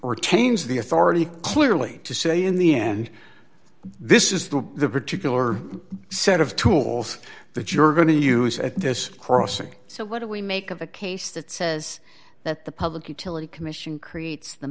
or change the authority clearly to say in the end this is the the particular set of tools that you're going to use at this crossing so what do we make of a case that says that the public utility commission creates the